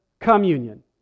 Communion